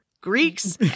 Greeks